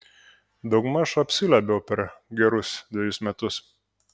daugmaž apsiliuobiau per gerus dvejus metus